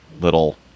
little